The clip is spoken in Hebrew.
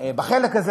בחלק הזה,